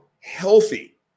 healthy